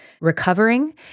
recovering